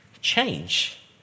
change